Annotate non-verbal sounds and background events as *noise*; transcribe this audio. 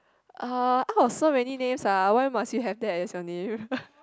uh out of so many names ah why must you have that as your name *laughs*